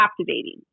captivating